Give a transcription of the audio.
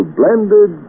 blended